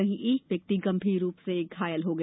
वहीं एक व्यक्ति गंभीर रूप से घायल हो गया